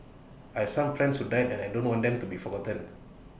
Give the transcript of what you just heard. I have some friends who died and I don't want them to be forgotten